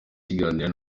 kuganira